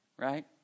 Right